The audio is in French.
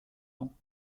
ans